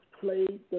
played